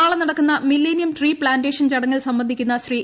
നാളെ നടക്കുന്ന millennium tree plantation ചടങ്ങിൽ സംബന്ധിക്കുന്ന ശ്രീ